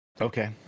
Okay